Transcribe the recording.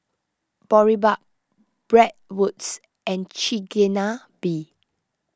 Boribap Bratwurst and Chigenabe